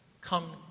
come